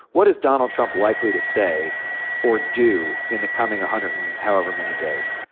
what is donald trump likely to say or do in the coming hundred and however many days?